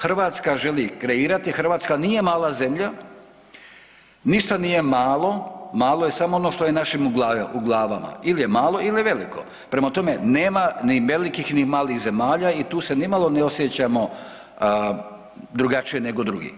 Hrvatska želi kreirati, Hrvatska nije mala zemlja, ništa nije malo, malo je samo ono što je u našim glavama ili je malo ili je veliko, prema tome nema ni velikih ni malih zemalja i tu se nimalo ne osjećamo drugačije nego drugi.